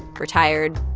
retired,